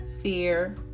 fear